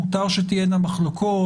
מותר שתהיינה מחלוקות.